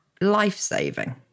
life-saving